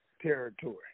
territory